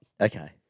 Okay